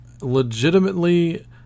legitimately